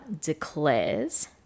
declares